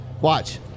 Watch